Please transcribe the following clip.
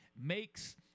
makes